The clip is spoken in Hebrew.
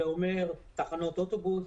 למשל תחנות אוטובוס